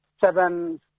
seven